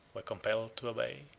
were compelled to obey.